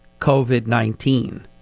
COVID-19